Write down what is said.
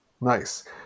Nice